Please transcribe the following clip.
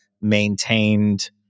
maintained